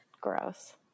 gross